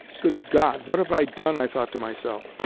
good god! what have i done? i thought to myself.